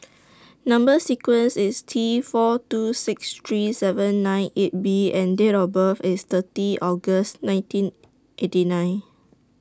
Number sequence IS T four two six three seven nine eight B and Date of birth IS thirty August nineteen eighty nine